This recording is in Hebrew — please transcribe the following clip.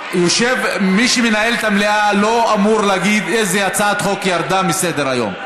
מי שמנהל את המליאה לא אמור להגיד איזו הצעת חוק ירדה מסדר-היום.